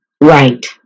Right